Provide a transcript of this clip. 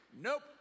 Nope